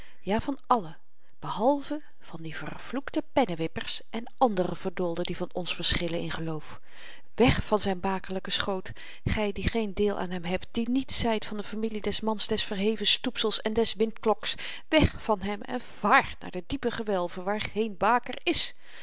ja van allen behalve van die vervloekte pennewippers en andere verdoolden die van ons verschillen in geloof weg van zyn bakerlyken schoot gy die geen deel aan hem hebt die niet zyt van de familie des mans des verheven stoepsels en des windkloks weg van hem en vaart naar de diepe gewelven waar geen baker is